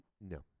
No